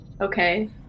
okay